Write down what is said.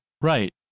Right